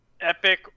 Epic